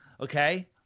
okay